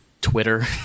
Twitter